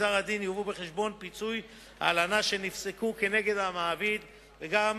בגזר-הדין יובאו בחשבון פיצויי הלנה שנפסקו כנגד המעביד וגם